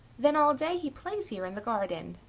then all day he plays here in the garden.